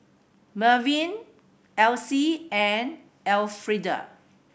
Mervyn Alcie and Alfreda